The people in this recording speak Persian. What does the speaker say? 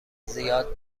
زیاد